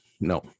no